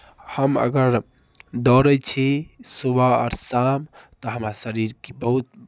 हम अगर दौड़ै छी सुबह आओर शाम तऽ हमरा शरीरके बहुत